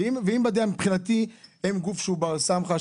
מבחינתי הם גוף בר סמכא,